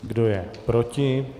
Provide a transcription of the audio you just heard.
Kdo je proti?